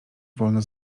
wolno